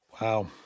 Wow